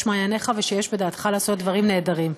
מעייניך ושיש בדעתך לעשות דברים נהדרים.